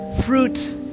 fruit